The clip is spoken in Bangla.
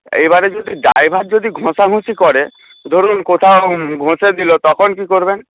এইবারে যদি ড্রাইভার যদি ঘষাঘুষি করে ধরুন কোথাও ঘষে দিলো তখন কি করবেন